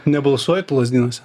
nebalsuojat lazdynuose